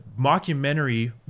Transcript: mockumentary